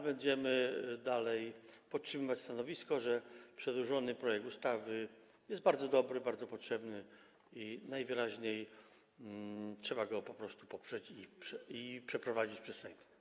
Będziemy podtrzymywać stanowisko, że przedłożony projekt ustawy jest bardzo dobry, bardzo potrzebny i najwyraźniej trzeba go poprzeć i przeprowadzić przez Sejm.